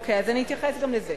אוקיי, אז אני אתייחס גם לזה.